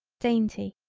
dainty,